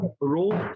role